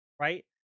right